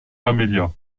amelia